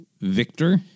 victor